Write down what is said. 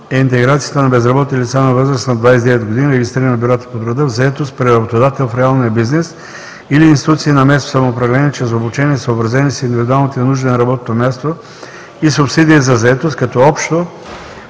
е интеграцията на безработни лица на възраст над 29 г., регистрирани в бюрата по труда, в заетост при работодател в реалния бизнес или институции на местното самоуправление чрез обучения, съобразени с индивидуалните нужди на работното място и субсидия за заетост, като от